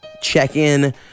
Check-in